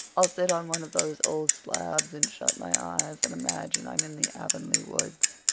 i'll sit on one of those old slabs and shut my eyes and imagine i'm in the avonlea woods.